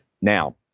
Now